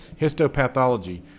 Histopathology